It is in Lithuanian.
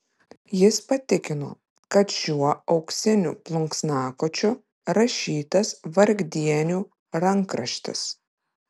jis patikino kad šiuo auksiniu plunksnakočiu rašytas vargdienių rankraštis